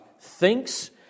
thinks